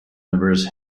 members